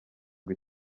ngo